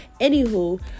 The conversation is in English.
Anywho